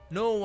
no